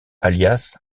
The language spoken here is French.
alias